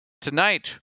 tonight